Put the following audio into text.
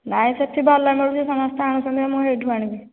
ନାଇଁ ସେଇଠି ଭଲ ମିଳୁଛି ସମସ୍ତେ ଆଣୁଛନ୍ତି ମୁଁ ସେଉଠୁ ଆଣିବି